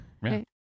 Right